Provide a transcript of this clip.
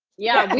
yeah.